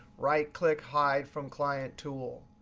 right click, hide from client tool.